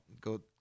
go